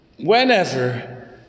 Whenever